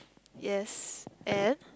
yes and